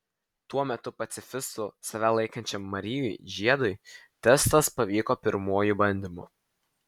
tuo metu pacifistu save laikančiam marijui žiedui testas pavyko pirmuoju bandymu